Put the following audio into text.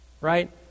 right